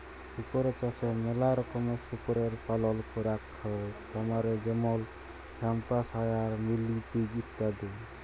শুকর চাষে ম্যালা রকমের শুকরের পালল ক্যরাক হ্যয় খামারে যেমল হ্যাম্পশায়ার, মিলি পিগ ইত্যাদি